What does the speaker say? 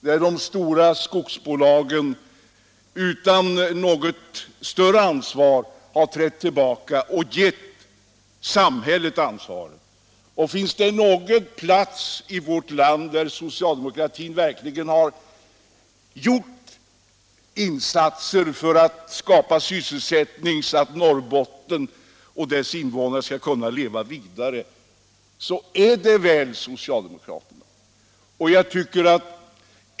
Där har de stora privata bolagen trätt tillbaka och låtit samhället ta över ansvaret. Är det något parti som verkligen har gjort insatser för att skapa sysselsättning, så att Norrbotten och dess invånare skall kunna leva vidare, så är det väl socialdemokraterna.